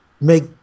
make